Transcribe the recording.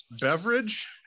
Beverage